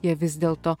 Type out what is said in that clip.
jie vis dėl to